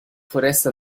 foreste